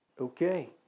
Okay